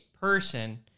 person